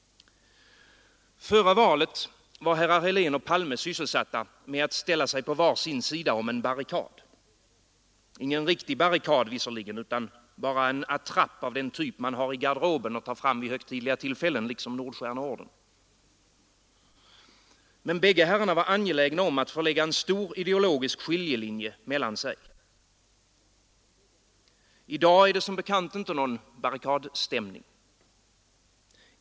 Före valet var herrar Helén och Palme sysselsatta med att ställa sig på var sin sida om en barrikad — ingen riktig barrikad visserligen utan bara en attrapp av den typ man har i garderoben och tar fram vid högtidliga tillfällen, liksom nordstjärneorden. Men bägge herrarna var angelägna om att förlägga en stor ideologisk skiljelinje mellan sig. I dag är det som bekant ingen barrikadstämning.